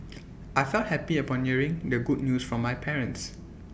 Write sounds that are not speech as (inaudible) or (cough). (noise) I felt happy upon hearing the good news from my parents